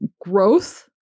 growth